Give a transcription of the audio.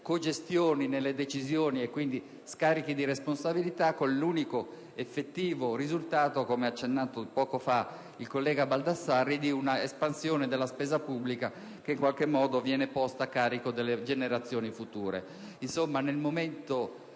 cogestioni nelle decisioni e quindi scarichi di responsabilità con l'unico effettivo risultato - come ha accennato poca fa il collega Baldassarri - di una espansione della spesa pubblica che, in qualche modo, viene posta a carico delle generazioni future.